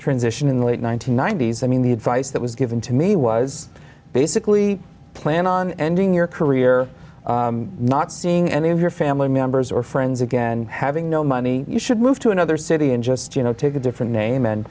transition in the late one nine hundred ninety s i mean the advice that was given to me was basically plan on ending your career not seeing any of your family members or friends again having no money you should move to another city and just you know take a different name and